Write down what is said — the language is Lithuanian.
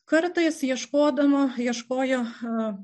kartais ieškodama ieškojo